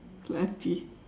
it's like aunty